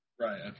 Right